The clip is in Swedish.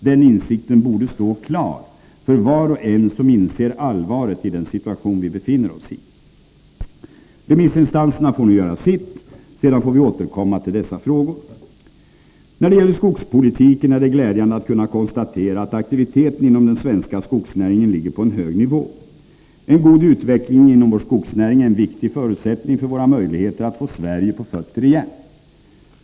Den insikten borde stå klar för var och en som inser allvaret i den situation vi befinner oss i. Remissinstanserna får nu göra sitt. Sedan får vi återkomma till dessa frågor. När det gäller skogspolitiken är det glädjande att kunna konstatera att aktiviteten inom den svenska skogsnäringen ligger på en hög nivå. En god utveckling inom vår skogsnäring är en viktig förutsättning för våra möjligheter att få Sverige på fötter igen.